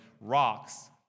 rocks